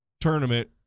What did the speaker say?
tournament